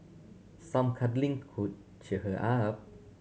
some cuddling could cheer her up